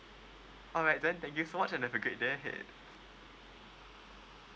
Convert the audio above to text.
alright then thank you so much and have a great day ahead